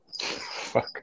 Fuck